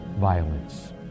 violence